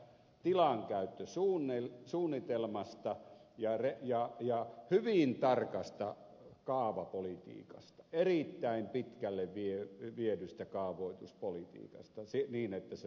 tilan käyttö suunneen suunnitelmasta tilankäytöstä tilankäyttösuunnitelmasta ja hyvin tarkasta kaavapolitiikasta erittäin pitkälle viedystä kaavoituspolitiikasta niin että se on hallittua